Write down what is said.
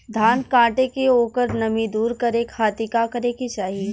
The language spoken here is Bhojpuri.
धान कांटेके ओकर नमी दूर करे खाती का करे के चाही?